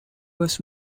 was